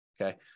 Okay